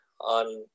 on